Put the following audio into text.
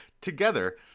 Together